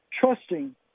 trusting